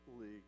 league